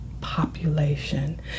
population